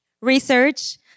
Research